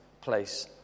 place